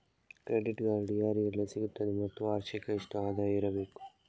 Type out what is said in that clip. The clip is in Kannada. ಕ್ರೆಡಿಟ್ ಕಾರ್ಡ್ ಯಾರಿಗೆಲ್ಲ ಸಿಗುತ್ತದೆ ಮತ್ತು ವಾರ್ಷಿಕ ಎಷ್ಟು ಆದಾಯ ಇರಬೇಕು?